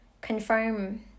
confirm